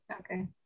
Okay